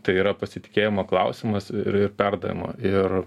tai yra pasitikėjimo klausimas ir ir perdavimo ir